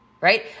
right